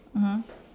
mmhmm